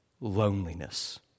loneliness